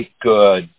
good